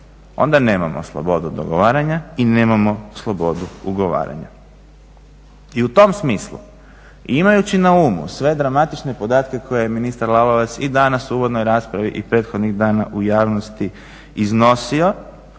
Onda nemamo slobodu dogovaranja i nemamo slobodu ugovaranja. I u tom smislu imajući na umu sve dramatične podatke koje je ministar Lalovac i danas u uvodnoj raspravi i prethodnih dana u javnosti iznosio